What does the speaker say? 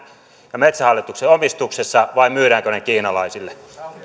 ja metsähallituksen omistuksessa vai myydäänkö ne kiinalaisille